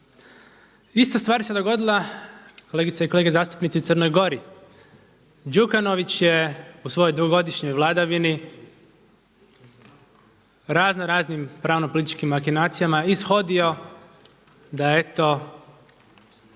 Ista stvar se dogodila, kolegice i kolege zastupnici i u Crnoj Gori. Đukanović je u svojoj dugogodišnjoj vladavini raznoraznim pravno političkim makinacijama ishodio da eto